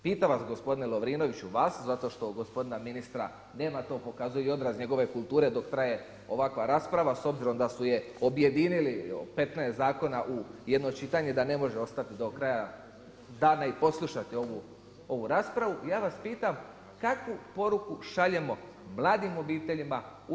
Pitam vas gospodine Lovrinoviću vas zato što gospodina ministra, to pokazuje i odraz njegove kulture dok traje ovakva rasprava s obzirom da su je objedinili 15 zakona u jedno čitanje da ne može ostati do kraja dana i poslušati ovu raspravu, ja vas pitam kakvu poruku šaljemo mladim obiteljima u RH?